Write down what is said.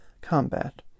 combat